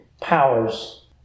powers